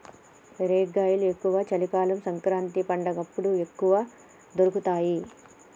రేగ్గాయలు ఎక్కువ చలి కాలం సంకురాత్రి పండగప్పుడు ఎక్కువ దొరుకుతాయి